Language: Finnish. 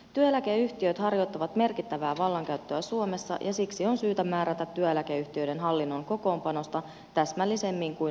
työeläkeyhtiöt harjoittavat merkittävää vallankäyttöä suomessa ja siksi on syytä määrätä työeläkeyhtiöiden hallinnon kokoonpanosta täsmällisemmin kuin aikaisemmin laissa